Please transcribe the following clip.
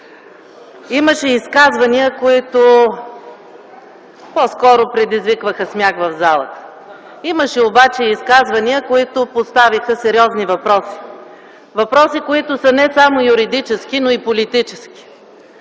Имаше изказвания, които по-скоро предизвикваха смях в залата. Имаше обаче изказвания, които поставиха сериозни въпроси – въпроси, които са не само юридически, но и политически.